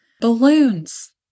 Balloons